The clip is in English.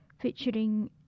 featuring